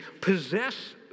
possess